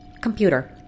Computer